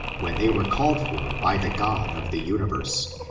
when they were called for by the god of the universe.